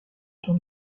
tour